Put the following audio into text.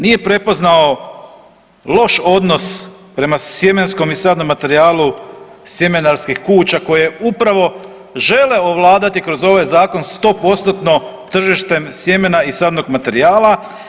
Nije prepoznao loš odnos prema sjemenskom i sadnom materijalu sjemenarskih kuća koje upravo žele ovladati kroz ovaj zakon 100%-tno tržištem sjemena i sadnog materijala.